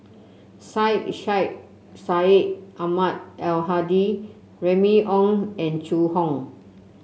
Syed Sheikh Syed Ahmad Al Hadi Remy Ong and Zhu Hong